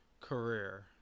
career